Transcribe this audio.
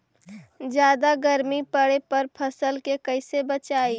जादा गर्मी पड़े पर फसल के कैसे बचाई?